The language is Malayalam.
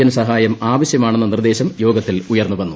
എൻ സഹായം ആവ്ശ്യമാണെന്ന നിർദേശം യോഗത്തിൽ ഉയർന്നുവന്നു